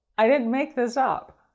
i didn't make this up.